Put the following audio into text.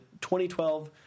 2012